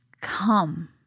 come